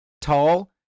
tall